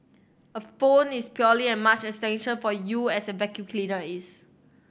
a phone is purely as much an extension for you as a vacuum cleaner is